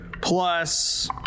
plus